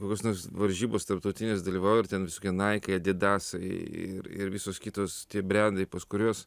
kokios nors varžybos tarptautinės dalyvauji ir ten visokie naikai adidasai ir ir visos kitos tie brendai pas kuriuos